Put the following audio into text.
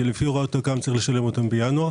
שלפי הוראת תכ"מ יש לשלמן בינואר